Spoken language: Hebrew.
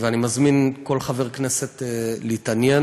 אני מזמין כל חבר כנסת להתעניין.